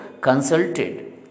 consulted